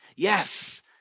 Yes